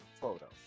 photo